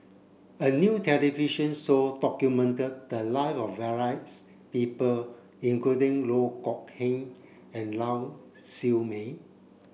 a new television show documented the live of various people including Loh Kok Heng and Lau Siew Mei